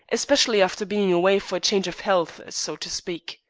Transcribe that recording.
especially after bein' away for a change of ealth, so to speak.